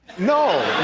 no,